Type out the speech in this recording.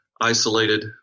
isolated